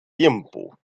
tiempo